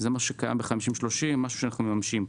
זה דבר שקיים ב-50-30, משהו שאנחנו מממשים פה.